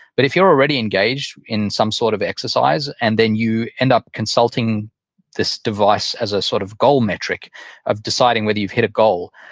but if you're already engaged in some sort of exercise and then you end up consulting this device as a sort of goal metric of deciding whether you've hit a goal,